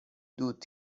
دود